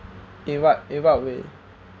in what in what way